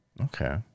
Okay